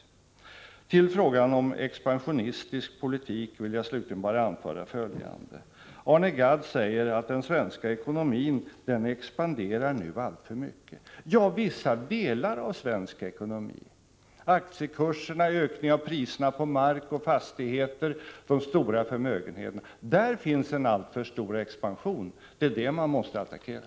Sedan till frågan om expansionistisk politik. Jag vill slutligen bara anföra följande. Arne Gadd säger att den svenska ekonomin expanderar alltför mycket. Ja, vissa delar av den svenska ekonomin gör det. Det gäller aktiekurser, ökningar av priserna på mark och fastigheter, de stora förmögenheterna. Där finns en alltför stor expansion. Det är där man måste attackera.